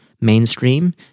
mainstream